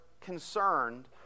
concerned